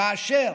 כאשר